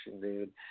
dude